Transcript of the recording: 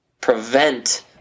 prevent